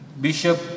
Bishop